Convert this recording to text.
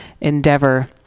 endeavor